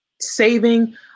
saving